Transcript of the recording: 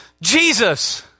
Jesus